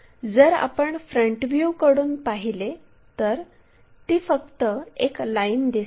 जर आपण फ्रंट व्ह्यूकडून पाहिले तर ती फक्त एक लाईन दिसते